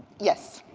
yes.